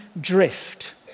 drift